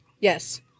Yes